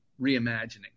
reimagining